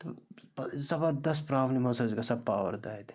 تہٕ پہ زَبَردَس پرٛابلِم ٲس اَسہِ گژھان پاورٕ دادِ